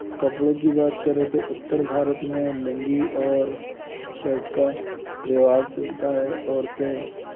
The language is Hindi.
कपड़ों की बात करें तो उत्तर भारत में लूंगी और शर्ट का रिवाज़ चलता है औरतें